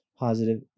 positive